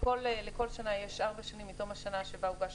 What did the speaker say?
לכל שנה יש ארבע שנים מתום השנה שבה הוגש